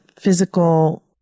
physical